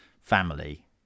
family